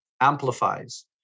amplifies